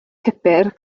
pupur